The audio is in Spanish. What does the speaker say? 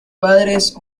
padres